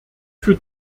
für